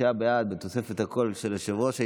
שישה בעד, ובתוספת הקול של יושב-ראש הישיבה,